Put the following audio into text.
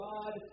God